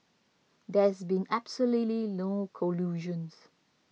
there's been absolutely no collusions